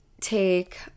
take